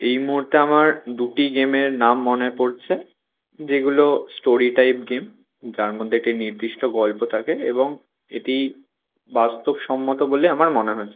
এই মুহুর্তে আমার দুটি গেমের নাম মনে পড়ছে যেগুলো স্টোরি টাইপ গেম যার মধ্যে একটি নির্দিষ্ট গল্প থাকে এবং এটি বাস্তবসম্মত বলে আমার মনে হয়েছে